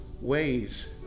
ways